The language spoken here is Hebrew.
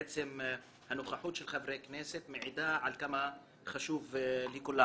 עצם הנוכחות של חברי הכנסת מעידה עד כמה חשוב לכולם.